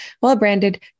well-branded